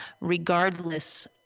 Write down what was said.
regardless